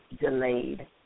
delayed